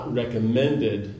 recommended